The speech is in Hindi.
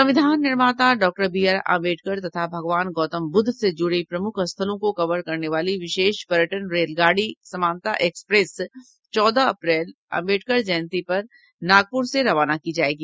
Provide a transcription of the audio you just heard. संविधान निर्माता डा बी आर आम्बेडकर तथा भगवान गौतम ब्रद्ध से जूड़े प्रम्ख स्थलों को कवर करने वाली विशेष पर्यटन रेलगाड़ी समानता एक्सप्रेस चौदह अप्रैल आम्बेडकर जयंती पर नागपुर से रवाना की जाएगी